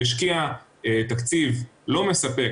שהשקיע תקציב לא מספק,